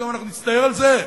כמה אנחנו נצטער על זה,